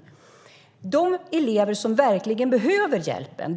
Föräldrar till de elever som verkligen behöver hjälpen